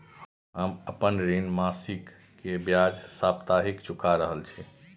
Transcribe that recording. हम आपन ऋण मासिक के ब्याज साप्ताहिक चुका रहल छी